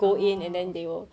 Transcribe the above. ah oh